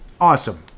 Awesome